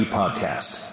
podcast